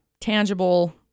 tangible